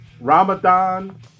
Ramadan